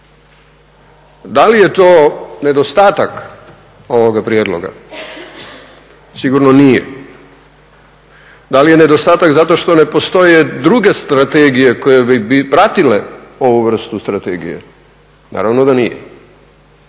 Da li je to nedostatak ovoga prijedloga? Sigurno nije. Da li je nedostatak zato što ne postoje druge strategije koje bi pratile ovu vrstu strategije? Naravno da nije.